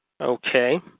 Okay